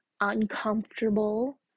uncomfortable